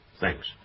Thanks